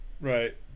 right